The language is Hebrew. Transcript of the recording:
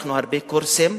ערכנו הרבה קורסים